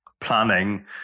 planning